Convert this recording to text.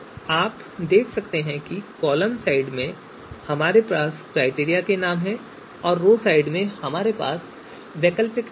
आप देख सकते हैं कि कॉलम साइड में हमारे पास क्राइटेरिया के नाम हैं और रो साइड में हमारे पास वैकल्पिक नाम हैं